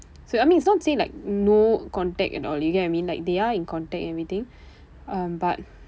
so I mean it's not say like no contact at all you get what I mean like they are in contact and everything um but